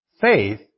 faith